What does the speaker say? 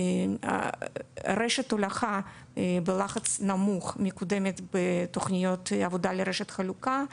רשת ההולכה בלחץ נמוך מקודמת בתוכניות עבודה לרשת חלוקה,